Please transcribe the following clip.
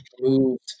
moved